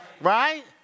right